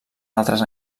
altres